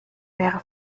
wäre